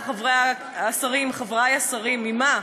השרים, חברי השרים, ממה?